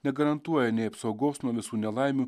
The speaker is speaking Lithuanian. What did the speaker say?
negarantuoja nei apsaugos nuo visų nelaimių